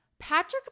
Patrick